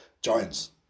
Giants